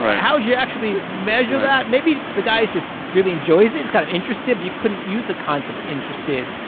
how would you actually measure that? maybe the guy just really enjoys it, is kind of interested, but you couldn't use the concept of interested,